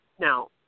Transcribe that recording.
Now